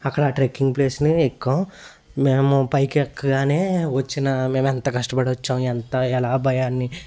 అక్కడ ట్రెక్కింగ్ ప్లేస్ని ఎక్కాం మేము పైకి ఎక్కగానే వచ్చిన మేమెంత కష్టపడొచ్చాం ఎంత ఎలా భయాన్ని